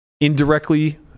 indirectly